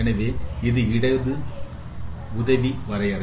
எனவே இது இடது உதவி வரையறை